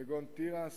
כגון תירס,